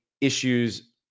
issues